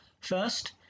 First